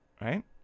Right